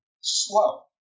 slow